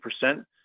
percent